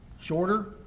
Shorter